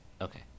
Okay